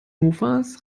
mofas